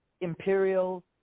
imperial